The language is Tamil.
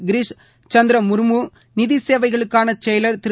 கிரிஷ் சந்திரா முர்மு நிதி சேவைகளுக்கான செயலர் திரு